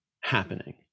happening